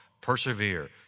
Persevere